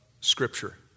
Scripture